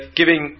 giving